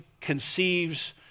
conceives